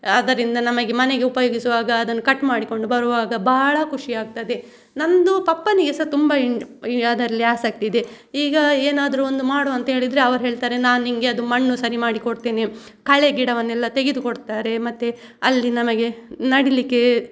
ಅದರಿಂದ ನಮಗೆ ಮನೆಗೆ ಉಪಯೋಗಿಸುವಾಗ ಅದನ್ನು ಕಟ್ ಮಾಡಿಕೊಂಡು ಬರುವಾಗ ಬಹಳ ಖುಷಿ ಆಗ್ತದೆ ನಂದು ಪಪ್ಪನಿಗೆ ಸಹ ತುಂಬಾ ಇಂಟ್ ಅದರಲ್ಲಿ ಆಸಕ್ತಿ ಇದೆ ಈಗ ಏನಾದರು ಒಂದು ಮಾಡುವ ಅಂತ ಹೇಳಿದರೆ ಅವರು ಹೇಳ್ತಾರೆ ನಾ ನಿನ್ಗೆ ಅದು ಮಣ್ಣು ಸರಿ ಮಾಡಿ ಕೊಡ್ತೆನೆ ಕಳೆ ಗಿಡವನ್ನೆಲ್ಲ ತೆಗೆದು ಕೊಡ್ತಾರೆ ಮತ್ತೆ ಅಲ್ಲಿ ನಮಗೆ ನಡಲಿಕ್ಕೆ